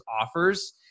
offers